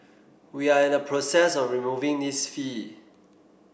we are in the process of removing this fee